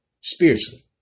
spiritually